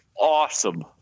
awesome